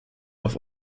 auf